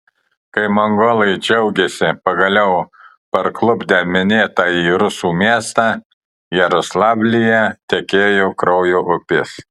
kai mongolai džiaugėsi pagaliau parklupdę minėtąjį rusų miestą jaroslavlyje tekėjo kraujo upės